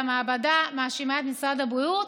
והמעבדה מאשימה את משרד הבריאות.